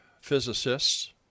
physicists